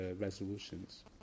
resolutions